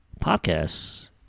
podcasts